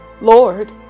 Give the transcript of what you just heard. Lord